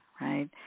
right